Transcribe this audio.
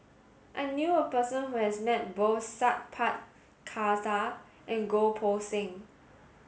I knew a person who has met both Sat Pal Khattar and Goh Poh Seng